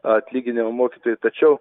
atlyginimo mokytojui tačiau